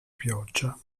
pioggia